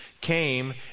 came